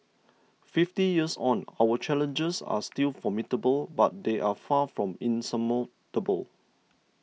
fifty years on our challenges are still formidable but they are far from insurmountable